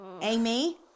Amy